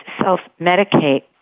self-medicate